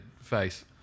face